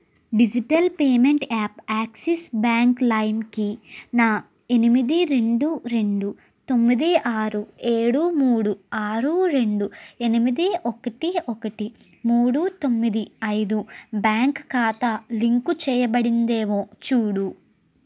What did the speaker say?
digital payment app Axis Bank లైమ్ కి నా ఎనిమిది రెండు రెండు తొమ్మిది ఆరు ఏడు మూడు ఆరు రెండు ఎనిమిది ఒకటి ఒకటి మూడు తొమ్మిది ఐదు బ్యాంక్ ఖాతా లింకు చేయబడిందేమో చూడు